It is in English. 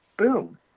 boom